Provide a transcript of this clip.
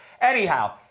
Anyhow